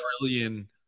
trillion